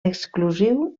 exclusiu